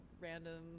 random